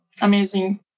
Amazing